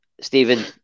Stephen